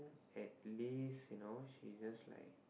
at least you know she just like